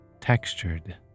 textured